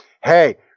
hey